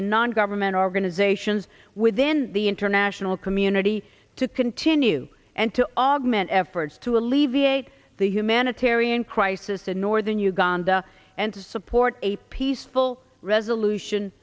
and non government organizations within the international community to continue and to augment efforts to alleviate the human on a tarion crisis in northern uganda and to support a peaceful resolution